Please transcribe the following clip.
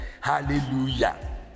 Hallelujah